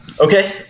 Okay